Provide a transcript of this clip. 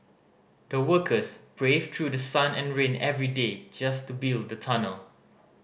the workers braved through sun and rain every day just to build the tunnel